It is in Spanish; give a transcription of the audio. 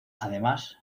además